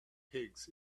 pigs